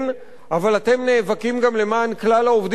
אבל אתם נאבקים גם למען כלל העובדים בישראל,